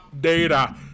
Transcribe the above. data